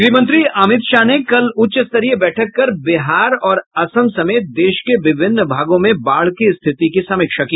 गृहमंत्री अमित शाह ने कल उच्च स्तरीय बैठक कर बिहार और असम समेत देश के विभिन्न भागों में बाढ़ की स्थिति की समीक्षा की